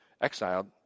exiled